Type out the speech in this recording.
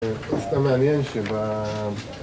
זה פוסט מעניין שבה...